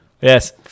Yes